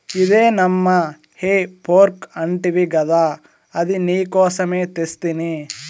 ఇదే నమ్మా హే ఫోర్క్ అంటివి గదా అది నీకోసమే తెస్తిని